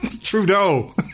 Trudeau